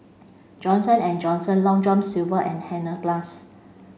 Johnson and Johnson Long John Silver and Hansaplast